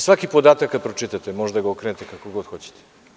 Svaki podatak koji pročitate možete da ga okrenete kako god hoćete.